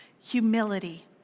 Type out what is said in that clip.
Humility